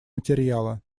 материала